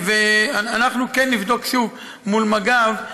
אנחנו כן נבדוק שוב מול מג"ב,